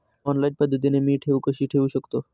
Online पद्धतीने मी ठेव कशी ठेवू शकतो?